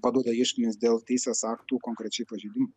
paduoda ieškinius dėl teisės aktų konkrečiai pažeidimų